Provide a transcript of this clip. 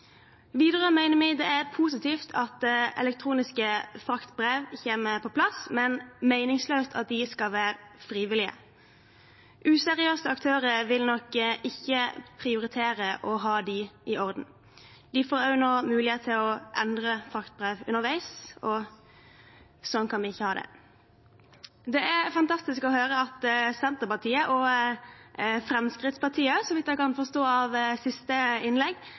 Videre mener vi det er positivt at elektroniske fraktbrev kommer på plass, men meningsløst at de skal være frivillige. Useriøse aktører vil nok ikke prioritere å ha dem i orden. De får nå også mulighet til å endre fraktbrev underveis, og sånn kan vi ikke ha det. Det er fantastisk å høre at Senterpartiet – og også Fremskrittspartiet, så vidt jeg kan forstå av siste innlegg